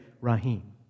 Rahim